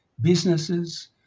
Businesses